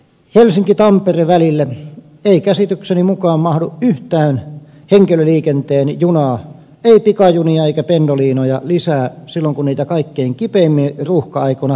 helsinkitampere välille ei käsitykseni mukaan mahdu yhtään henkilöliikenteen junaa ei pikajunia eikä pendolinoja lisää silloin kun niitä kaikkein kipeimmin ruuhka aikoina tarvittaisiin